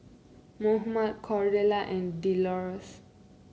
Mohammad Cordella and Delores